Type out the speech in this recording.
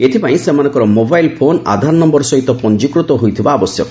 ଏଥିପାଇଁ ସେମାନଙ୍କର mobile phone Aadhaar number ସହିତ ପଞ୍ଜିକୃତ ହୋଇଥିବା ଆବଶ୍ୟକ